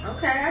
Okay